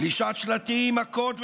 תלישת שלטים, מכות ויריקות,